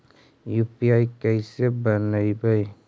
UPI कैसे बनइबै?